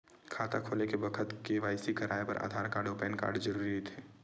खाता खोले के बखत के.वाइ.सी कराये बर आधार कार्ड अउ पैन कार्ड जरुरी रहिथे